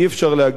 עם כל הכבוד,